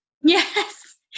Yes